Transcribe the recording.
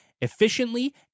Efficiently